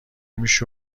میشد